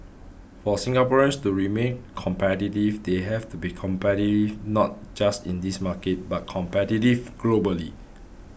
for Singaporeans to remain competitive they have to be competitive not just in this market but competitive globally